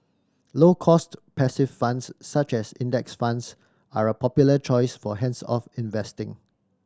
low cost passive funds such as Index Funds are a popular choice for hands off investing